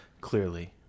Clearly